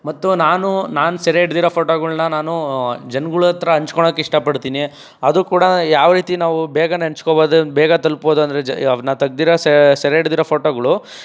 ಮತ್ತು ನಾನು ನಾನು ಸೆರೆಹಿಡಿದಿರೊ ಫೋಟೊಗಳನ್ನ ನಾನು ಜನಗಳತ್ರ ಹಂಚ್ಕೊಳ್ಳೋಕೆ ಇಷ್ಟಪಡ್ತೀನಿ ಆದರೂ ಕೂಡ ಯಾವ ರೀತಿ ನಾವು ಬೇಗ ನೆಂಚ್ಕೊಬೋದು ಬೇಗ ತಲುಪಬೋದು ಅಂದರೆ ಜ್ ನಾವು ತೆಗ್ದಿರೋ ಸೆರೆಹಿಡಿದಿರೊ ಫೋಟೊಗಳು